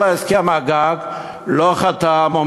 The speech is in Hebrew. כל הסכם הגג לא נחתם.